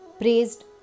praised